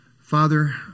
Father